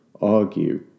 argue